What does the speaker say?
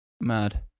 mad